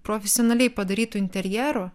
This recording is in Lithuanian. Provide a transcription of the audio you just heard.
profesionaliai padarytų interjerų